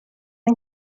این